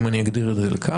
אם אני אגדיר את זה כך,